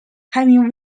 having